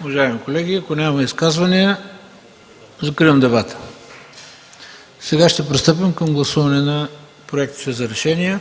Уважаеми колеги, ако няма изказвания, закривам дебата. Сега ще пристъпим към гласуване на проектите за решения.